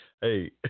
Hey